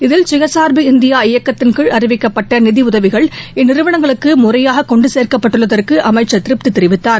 இதில் கயசார்பு இந்தியா இயக்கத்தின் கீழ் அறிவிக்கப்பட்ட நிதி உதவிகள் இந்நிறுவனங்களுக்கு முறையாக கொண்டு சேர்க்கப்பட்டுள்ளதற்கு அமைச்சர் திருப்தி தெரிவித்தார்